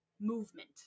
movement